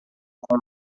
com